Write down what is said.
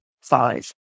five